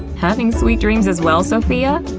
having sweet dreams as well, sophia?